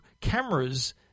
cameras